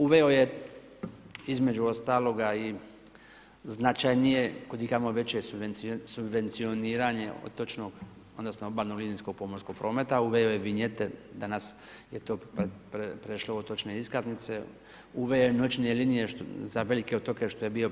Uveo je, između ostaloga i značajnije, kudikamo veće subvencioniranje otočnog odnosno obalno linijskog pomorskog prometa, uveo je vinjete, danas je to prešlo u otočne iskaznice, uveo je noćne linije za velike otoke, što je bio